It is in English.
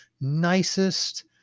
nicest